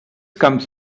comes